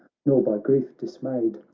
nor by grief dismayed.